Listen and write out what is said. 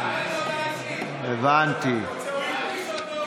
הוא רוצה הודעה אישית, הוא רוצה זכות דיבור.